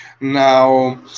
Now